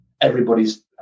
Everybody's